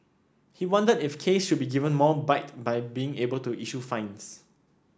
he wondered if case should be given more bite by being able to issue fines